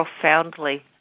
profoundly